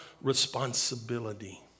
responsibility